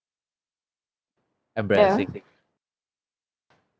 embarrassing